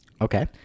Okay